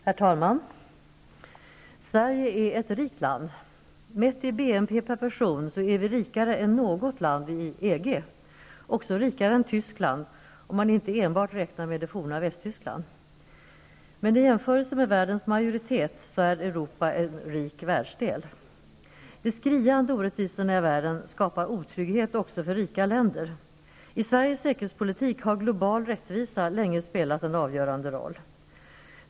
Herr talman! Sverige är ett rikt land. Mätt i BNP per person är vi rikare än något land i EG, också rikare än Tyskland -- om man inte enbart räknar med det forna Västtyskland. I jämförelse med världens majoritet är Europa en rik världsdel. De skriande orättvisorna i världen skapar otrygghet också för rika länder. I sveriges säkerhetspolitik har global rättvisa länge spelat en avgörande roll.